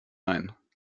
ein